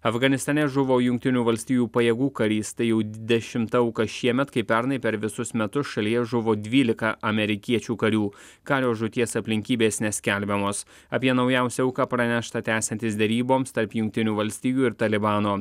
afganistane žuvo jungtinių valstijų pajėgų karys tai jau dešimta auka šiemet kai pernai per visus metus šalyje žuvo dvylika amerikiečių karių kario žūties aplinkybės neskelbiamos apie naujausią auką pranešta tęsiantis deryboms tarp jungtinių valstijų ir talibano